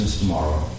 Tomorrow